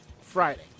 Friday